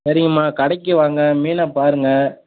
சரிங்கம்மா கடைக்கு வாங்க மீனை பாருங்கள்